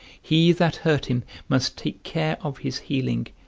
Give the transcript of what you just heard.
he that hurt him must take care of his healing,